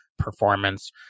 performance